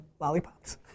lollipops